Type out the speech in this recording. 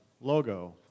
logo